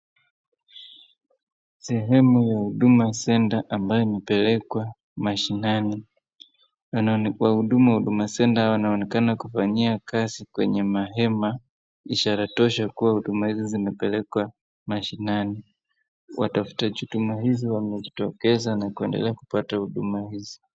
Sehemu ya Huduma Center ambayo imepelekwa mashinani. Wahudumu wa Huduma Center wanaonekana kufanyia kazi kwenye mahema ishara tosha kuwa huduma hizi zimepelekwa mashinani. Watafutaji huduma hizi wamejitokeza na kuendelea kupata huduma hizi.